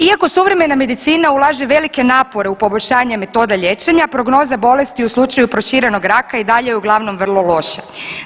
Iako suvremena medicina ulaže velike napore u poboljšanje metoda liječenja prognoza bolesti u slučaju proširenog raka i dalje je uglavnom vrlo loša.